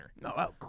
No